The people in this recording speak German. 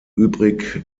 übrig